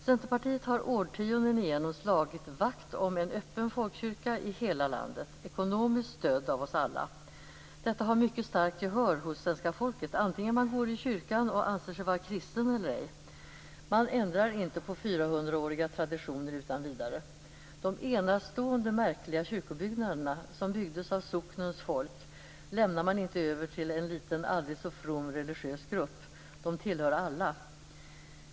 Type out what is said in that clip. Centerpartiet har årtionden igenom slagit vakt om en öppen folkkyrka i hela landet, ekonomiskt stödd av oss alla. Detta har mycket starkt gehör hos svenska folket, oavsett om man går i kyrkan och anser sig vara kristen eller ej. Man ändrar inte på fyrahundraåriga traditioner utan vidare. De enastående märkliga kyrkobyggnaderna, som uppfördes av socknens folk, lämnar man inte över till en liten aldrig så from religiös grupp. De tillhör alla.